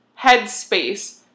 headspace